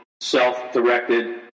self-directed